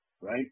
right